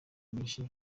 nyinshi